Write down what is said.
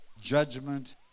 judgment